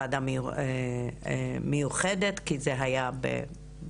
וועדה מיוחדת כי זה היה בתקופות